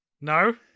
No